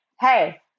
Hey